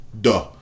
Duh